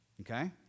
Okay